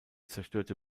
zerstörte